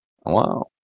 Wow